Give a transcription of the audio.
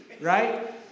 right